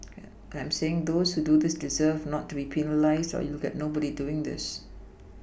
and I'm saying those who do this deserve not to be penalised or you will get nobody doing this